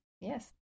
yes